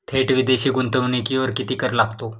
थेट विदेशी गुंतवणुकीवर किती कर लागतो?